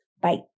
Bye